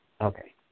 Okay